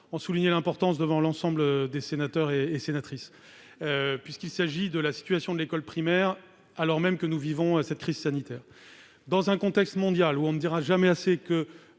en souligner l'importance devant l'ensemble des sénateurs et sénatrices. Il s'agit de la situation de l'école primaire, alors même que nous vivons cette crise sanitaire. Dans un contexte mondial, où on ne dira jamais assez qu'une